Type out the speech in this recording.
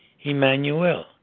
Emmanuel